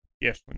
yes